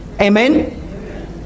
Amen